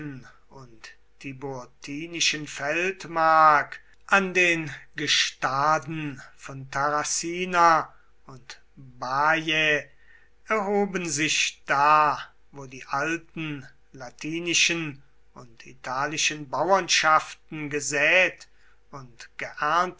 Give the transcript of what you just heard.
und tiburtinischen feldmark an den gestaden von tarracina und baiae erhoben sich da wo die alten latinischen und italischen bauernschaften gesät und